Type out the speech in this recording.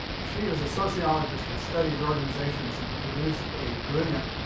she is a sociologist that studies organizations and produced a brilliant,